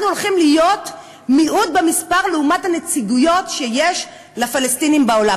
אנחנו הולכים להיות במספר מועט לעומת הנציגויות שיש לפלסטינים בעולם.